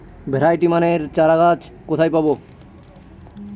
Variety মানের চারাগাছ কোথায় পাবো?